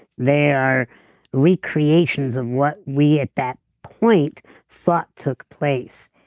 they are recreations of what we at that point thought took place,